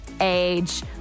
age